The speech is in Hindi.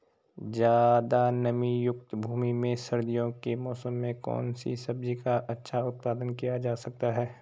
ज़्यादा नमीयुक्त भूमि में सर्दियों के मौसम में कौन सी सब्जी का अच्छा उत्पादन किया जा सकता है?